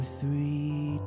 three